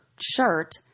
shirt